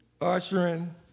ushering